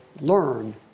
learn